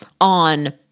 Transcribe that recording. on